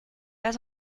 pas